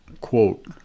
quote